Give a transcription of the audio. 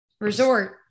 resort